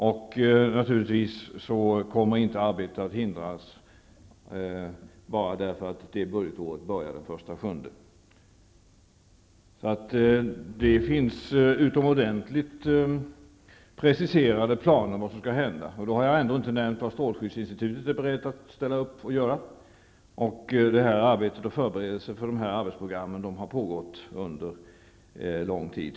Naturligtvis kommer inte arbetet att hindras av att det budgetåret börjar den 1 juli. Det finns utomordentligt preciserade planer för vad som skall hända. Jag har ändå inte nämnt vad strålskyddsinstitutet är berett att göra. Förberedelserna för arbetsprogrammen har pågått under lång tid.